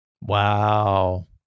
wow